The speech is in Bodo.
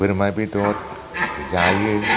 बोरमा बेदर जायो